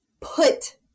put